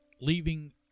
leaving